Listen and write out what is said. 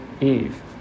Eve